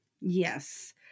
Yes